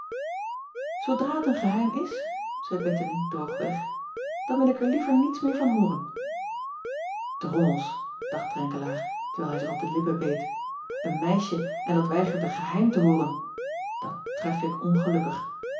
oodra t een geheim is zeî ettemie droogweg dan wil ik er liever niets meer van hooren rommels dacht renkelaer terwijl hij zich op de lippen beet een meisje en dat weigert een geheim te hooren at tref ik ongelukkig